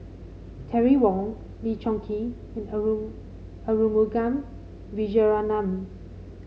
Terry Wong Lee Choon Kee and Arumugam Vijiaratnam